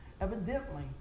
evidently